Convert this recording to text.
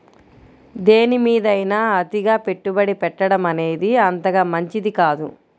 దేనిమీదైనా అతిగా పెట్టుబడి పెట్టడమనేది అంతగా మంచిది కాదు